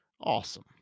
Awesome